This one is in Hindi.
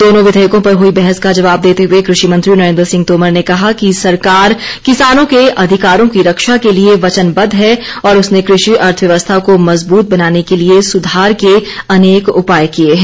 दोनो विधेयकों पर हुई बहस का जबाव देते हुए कृषि मंत्री नरेन्द्र सिंह तोमर ने कहा कि सरकार किसानों के अधिकारों की रक्षा के लिए वचनबद्व है और उसने कृषि अर्थव्यवस्था को मजबूत बनाने के लिए सुधार के अनेक उपाय किए हैं